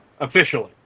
Officially